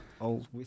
old